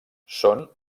són